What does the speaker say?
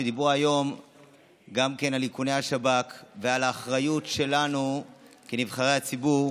דיברו היום על איכוני השב"כ ועל האחריות שלנו כנבחרי הציבור,